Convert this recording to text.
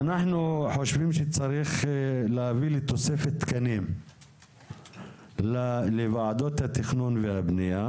אנחנו חושבים שצריך להביא לתוספת תקנים לוועדות התכנון והבנייה.